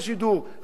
חברי המליאה,